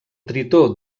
tritó